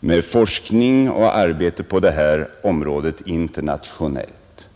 med forskningen och arbetet på detta område internationellt.